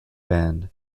band